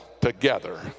together